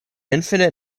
infinite